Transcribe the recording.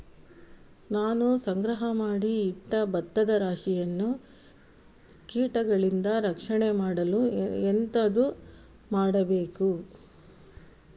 ನಾನು ಸಂಗ್ರಹ ಮಾಡಿ ಇಟ್ಟ ಭತ್ತದ ರಾಶಿಯನ್ನು ಕೀಟಗಳಿಂದ ರಕ್ಷಣೆ ಮಾಡಲು ಎಂತದು ಮಾಡಬೇಕು?